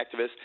activists